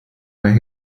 where